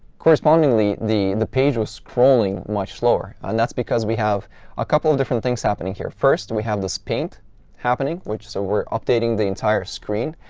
correspondingly, the the page was scrolling much slower. and that's because we have a couple different things happening here. first, we have this paint happening, which so we're updating the entire screen.